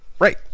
Right